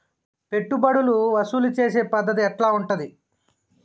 పెట్టుబడులు వసూలు చేసే పద్ధతి ఎట్లా ఉంటది?